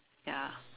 ya